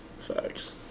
Facts